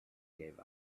gave